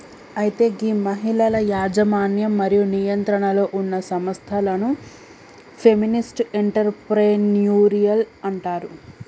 అయితే గీ మహిళల యజమన్యం మరియు నియంత్రణలో ఉన్న సంస్థలను ఫెమినిస్ట్ ఎంటర్ప్రెన్యూరిల్ అంటారు